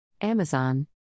Amazon